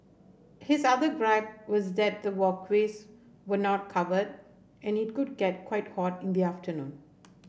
his other gripe was that the walkways were not covered and it could get quite hot in the afternoon